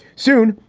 soon,